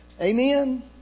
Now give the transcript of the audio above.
Amen